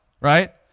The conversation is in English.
right